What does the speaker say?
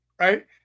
right